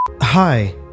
Hi